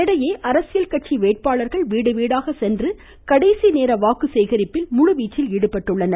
இதனிடையே அரசியல் கட்சி வேட்பாளர்கள் வீடுவீடாக சென்று கடைசிநேர வாக்கு சேகரிப்பில் முழுவீச்சில் ஈடுபட்டுள்ளனர்